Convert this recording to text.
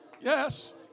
Yes